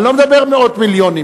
אני לא מדבר על מאות מיליונים.